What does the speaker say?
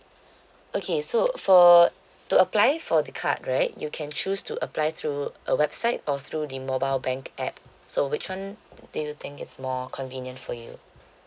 okay so for to apply for the card right you can choose to apply through a website or through the mobile bank app so which one do you think is more convenient for you